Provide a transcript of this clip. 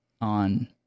on